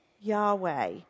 Yahweh